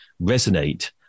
resonate